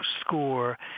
score